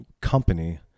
company